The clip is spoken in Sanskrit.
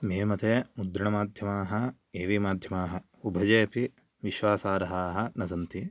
मे मते मुद्रणमाध्यमा ए वि माध्यमा उभयेपि विश्वासार्हा न सन्ति